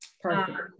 Perfect